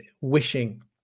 wishing